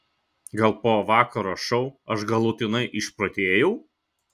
gal po vakaro šou aš galutinai išprotėjau